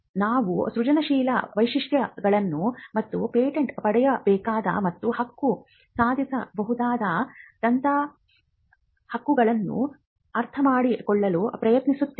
ನಾವು ಸೃಜನಶೀಲ ವೈಶಿಷ್ಟ್ಯಗಳನ್ನು ಮತ್ತು ಪೇಟೆಂಟ್ ಪಡೆಯಬೇಕಾದ ಮತ್ತು ಹಕ್ಕು ಸಾಧಿಸಬಹುದಾದಂತಹವುಗಳನ್ನು ಅರ್ಥಮಾಡಿಕೊಳ್ಳಲು ಪ್ರಯತ್ನಿಸುತ್ತೇವೆ